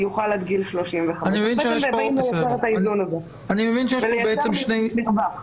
יוכל עד גיל 35. בעצם אנחנו רוצים לייצר איזון ולייצר מרווח.